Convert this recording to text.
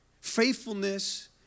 faithfulness